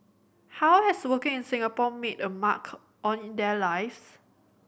how has working in Singapore made a mark on their lives